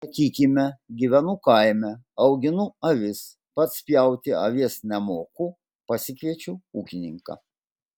sakykime gyvenu kaime auginu avis pats pjauti avies nemoku pasikviečiu ūkininką